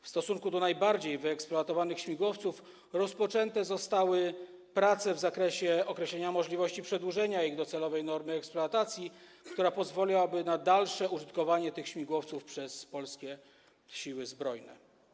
W stosunku do najbardziej wyeksploatowanych śmigłowców rozpoczęte zostały prace w zakresie określenia możliwości przedłużenia ich docelowej normy eksploatacji, co pozwoliłoby na dalsze użytkowanie tych śmigłowców przez polskie Siły Zbrojne.